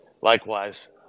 likewise